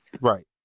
Right